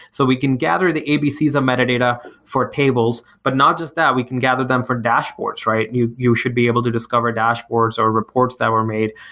so we can gather the abcs of metadata for tables, but not just that. we can gather them for dashboards. you you should be able to discover dashboards or reports that were made.